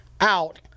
out